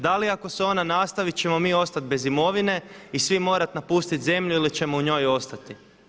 Da li ako se ona nastavi ćemo mi ostati bez imovine i svi morat napustit zemlju ili ćemo u njoj ostati?